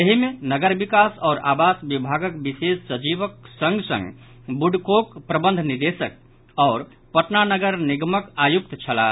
एहि मे नगर विकास आओर आवास विभागक विशेष सचिवक संग संग ब्रडकोक प्रबंध निदेशक आओर पटना नगर निगमक आयुक्त छलाह